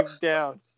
down